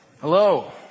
Hello